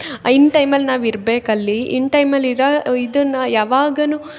ಇನ್ ಟೈಮಲ್ಲಿ ನಾವು ಇರ್ಬೆಕು ಅಲ್ಲಿ ಇನ್ ಟೈಮಲ್ಲಿ ಇರೋ ಇದನ್ನು ಯವಾಗುನು